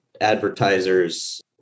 advertisers